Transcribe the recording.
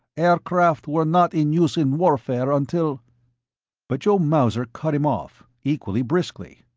aircraft were not in use in warfare until but joe mauser cut him off, equally briskly.